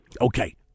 Okay